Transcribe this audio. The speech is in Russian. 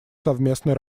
совместной